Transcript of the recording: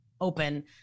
open